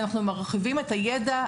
מרחיבים את הידע,